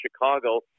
Chicago